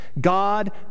God